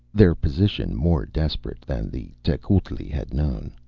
their position more desperate, than the tecuhltli had known.